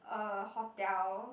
a hotel